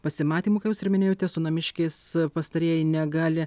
pasimatymų ką jūs ir minėjote su namiškiais pastarieji negali